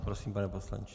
Prosím, pane poslanče.